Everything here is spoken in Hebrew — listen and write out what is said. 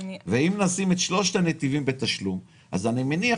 אם נשים את שלושת הנתיבים בתשלום אז אני מניח